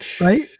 right